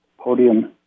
podium